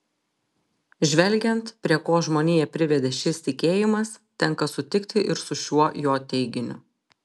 žvelgiant prie ko žmoniją privedė šis tikėjimas tenka sutikti ir su šiuo jo teiginiu